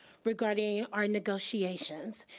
regarding our negotiations,